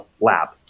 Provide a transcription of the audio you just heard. lab